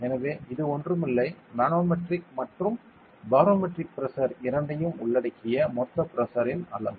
எனவே இது ஒன்றும் இல்லை மனோமெட்ரிக் மற்றும் பாரோமெட்ரிக் பிரஷர் இரண்டையும் உள்ளடக்கிய மொத்த பிரஷர் இன் அளவு